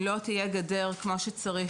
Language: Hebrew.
אם לא תהיה גדר כמו שצריך,